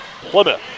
Plymouth